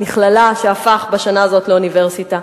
מכללה שהפכה בשנה הזאת לאוניברסיטה.